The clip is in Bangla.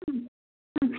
হুম হুম